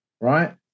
right